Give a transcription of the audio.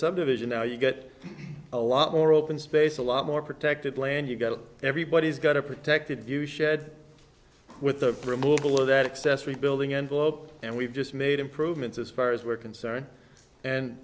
subdivision now you get a lot more open space a lot more protected land you've got everybody's got a protected view shed with the removal of that excess rebuilding envelope and we've just made improvements as far as we're concerned and